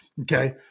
Okay